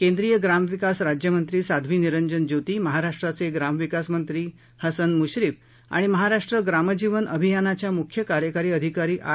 केंद्रीय ग्रामविकास राज्यमंत्री साध्वी निरंजन ज्योती महराष्ट्राचे ग्रामविकासमंत्री हसन मुश्रीप आणि महाराष्ट्र ग्रामजीवन अभियानाच्या मुख्य कार्यकारी अधिकारी आर